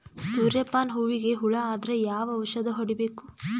ಸೂರ್ಯ ಪಾನ ಹೂವಿಗೆ ಹುಳ ಆದ್ರ ಯಾವ ಔಷದ ಹೊಡಿಬೇಕು?